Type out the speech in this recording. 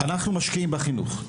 אנחנו משקיעים בחינוך,